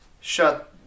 shut